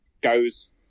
goes